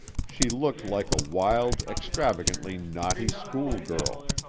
she looked like a wild, extravagantly naughty school-girl,